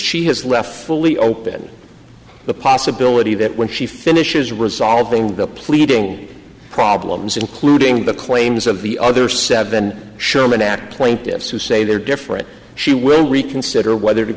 she has left fully open the possibility that when she finishes resolving the pleading problems including the claims of the other seven sherman act plaintiffs who say they're different she will reconsider whether to